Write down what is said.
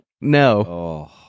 No